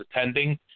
attending